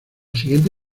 siguiente